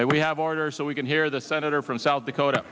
that we have order so we can hear the senator from south dakota